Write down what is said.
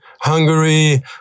Hungary